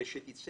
שתצא